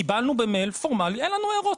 קיבלנו במייל פורמלי אין לנו הערות.